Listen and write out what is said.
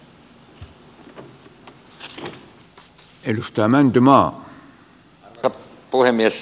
herra puhemies